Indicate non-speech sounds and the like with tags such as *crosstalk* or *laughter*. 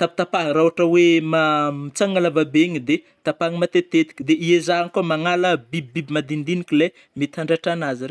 tapitapaha rah ôhatra oe ma *hesitation* mitsanga lava be igny de tapaha matetitetiky de iezahagna koa le magnala bibibiby madinidiniky le mety handratra anazy regny.